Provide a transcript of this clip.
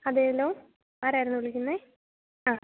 അതേല്ലോ ആരായിരുന്നു വിളിക്കുന്നത് ആ